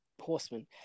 horsemen